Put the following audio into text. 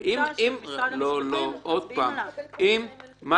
אם מה